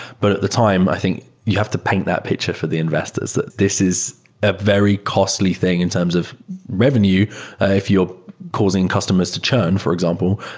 but at the time, i think you have to paint that picture for the investors. this is a very costly thing in terms of revenue if you're causing customers to churn, for example,